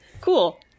Cool